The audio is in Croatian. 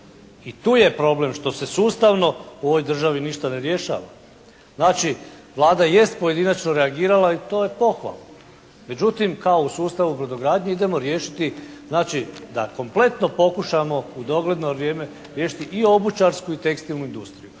I tu je problem što se sustavno u ovoj državi ništa ne rješava. Znači Vlada jest pojedinačno reagirala i to je pohvalno. Međutim, kao u sustavu brodogradnje idemo riješiti znači da kompletno pokušamo u dogledno vrijeme riješiti i obućarsku i tekstilnu industriju.